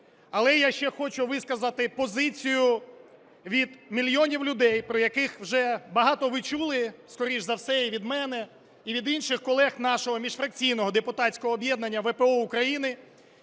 Але я ще хочу висказати позицію від мільйонів людей, про яких вже багато ви чули, скоріш за все, і від мене, і від інших колег нашого міжфракційного депутатського об'єднання "ВПО України",